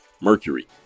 mercury